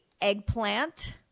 eggplant